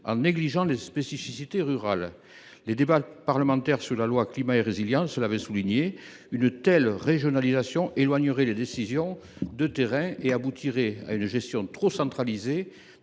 en négligeant les spécificités rurales. Les débats parlementaires sur la loi Climat et Résilience avaient bien souligné qu’une telle régionalisation éloignerait les décisions du terrain et aboutirait à une gestion trop centralisée